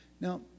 Now